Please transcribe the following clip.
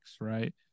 right